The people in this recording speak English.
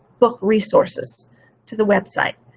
book resources to the website.